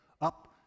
up